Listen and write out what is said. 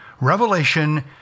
Revelation